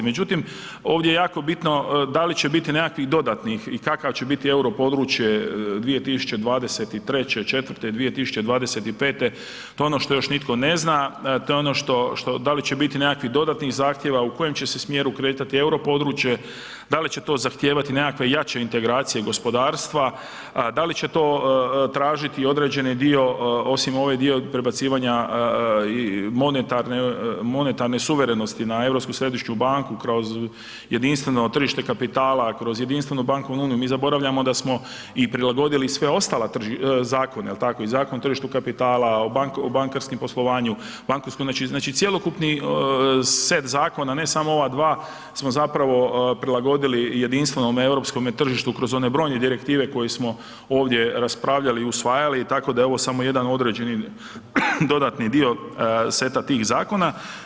Međutim, ovdje je jako bitno da li će biti nekakvih dodatnih i kakav će biti euro područje 2023., '24., '25. to je ono što još nitko ne zna, to je ono što, da li će biti nekakvih dodatnih zahtjeva, u kojem će se smjeru kretati euro područje, da li će to zahtijevati nekakve jače integracije gospodarstva da li će to tražiti određeni dio osim ovaj dio prebacivanja monetarne suverenosti na Europsku središnju banku kroz jedinstveno tržište kapitala, kroz jedinstvenu bankovnu uniju, mi zaboravljamo da smo i prilagodili sve ostale zakone, jel tako i Zakon o tržištu kapitala, o bankarskom poslovanju, znači cjelokupni set zakona, ne samo ova dva smo zapravo prilagodili jedinstvenom europskome tržištu kroz one brojne direktive koje smo ovdje raspravljali i usvajali, tako da je ovo samo jedan određeni dodatni dio seta tih zakona.